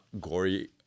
gory